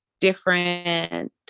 different